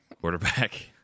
quarterback